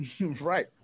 Right